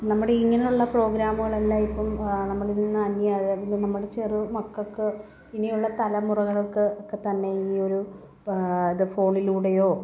നമ്മുടെ ഇങ്ങനെയുള്ള പ്രോഗ്രാമുകളെല്ലാം ഇപ്പം നമ്മളിന്ന് അന്യമാവുകയാ അതായത് നമ്മൾ ചെറു മക്കൾക്ക് ഇനിയുള്ള തലമുറകൾക്ക് ഒക്കെ തന്നെ ഈ ഒരു ഇത് ഫോണിലൂടെയോ